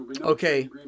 Okay